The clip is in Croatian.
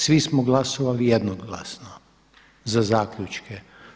Svi smo glasovali jednoglasno za zaključke.